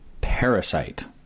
parasite